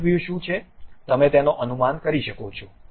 front view શું છે તમે તેનો અનુમાન કરી શકો છો